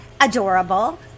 adorable